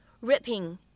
ripping